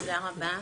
תודה רבה,